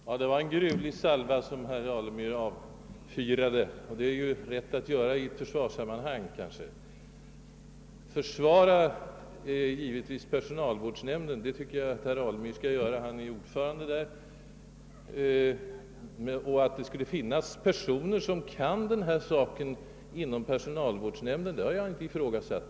Herr talman! Det var en gruvlig salva som herr Alemyr avfyrade, och det kan måhända vara riktigt att göra det i ett försvarssammanhang. Jag tycker också att det är naturligt att herr Alemyr försvarar personalvårdsnämnden, eftersom han är dess ordförande. Att det i personalvårdsnämnden finns personer som kan denna sak har jag inte ifrågasatt.